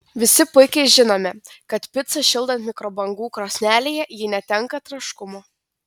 visi puikiai žinome kad picą šildant mikrobangų krosnelėje ji netenka traškumo